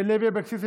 לוי אבקסיס,